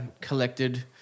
collected